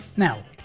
Now